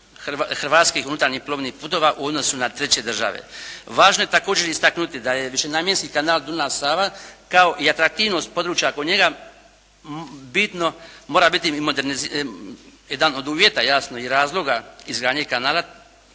hrvatskih unutarnjih plovnih putova u odnosu na treće države. Važno je također istaknuti da je višenamjenski kanal Dunav-Sava kao i atraktivnost područja oko njega bitno mora biti, jedan od uvjeta, jasno i razloga kanala